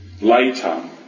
later